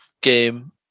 game